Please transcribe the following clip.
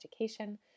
education